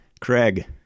Craig